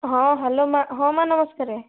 ହଁ ହ୍ୟାଲୋ ମାଆ ହଁ ମାଆ ନମସ୍କାର